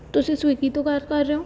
ਤੁਸੀਂ ਸਵੀਗੀ ਤੋਂ ਗੱਲ ਕਰ ਰਹੇ ਹੋ